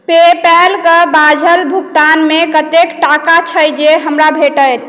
पेपैलके बाझल भुगतानमे कतेक टाका छै जे हमरा भेटत